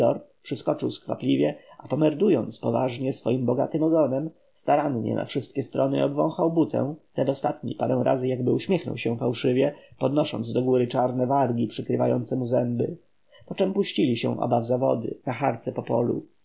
przyskoczył skwapliwie a pomerdując poważnie swoim bogatym ogonem starannie na wszystkie strony obwąchał butę ten ostatni parę razy jakby uśmiechnął się fałszywie podnosząc do góry czarne wargi przykrywające mu zęby poczem puścili się oba w zawody na harce po polu